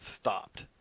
stopped